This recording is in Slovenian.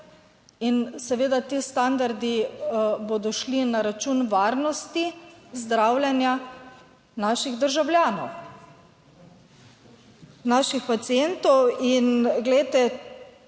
In seveda ti standardi bodo šli na račun varnosti zdravljenja naših državljanov, naših pacientov. In glejte,